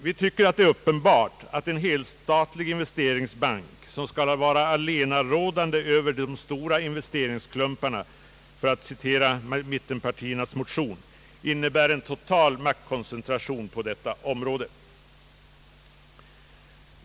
Vi finner det uppenbart att en helstatlig investeringsbank som skall vara allenarådande över de stora investeringsklumparna, för att citera mittenpartiernas motion, innebär en total maktkoncentration på detta område.